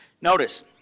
Notice